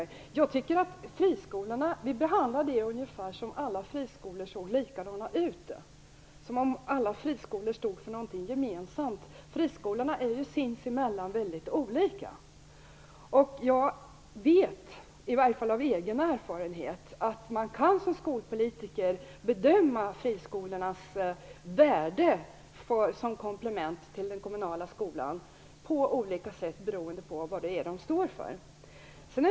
Vi behandlar frågan om friskolor som om alla friskolor såg likadana ut, som om de stod för någonting gemensamt. Friskolorna är ju sinsemellan väldigt olika. Jag vet av egen erfarenhet att man som skolpolitiker kan bedöma friskolornas värde som komplement till den kommunala skolan på olika sätt beroende på vad de står för.